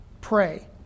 pray